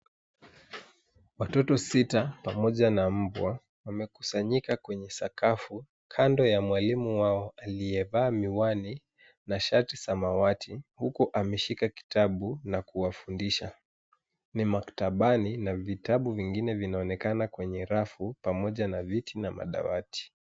Watoto sita pamoja na mbwa wamekusanyika kwenye sakafu kando ya mwalimu wao aliyevaa miwani na shati samawati huku ameshika kitabu na kuwafundisha. Ni maktabani na vitabu vingine vinaonekana kwenye rafu pamoja na viti na madawati.